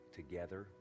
together